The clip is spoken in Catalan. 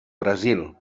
brasil